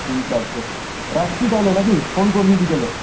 ঠিক আছে রাখছি তাহলে নাকি ফোন করবি বিকেলে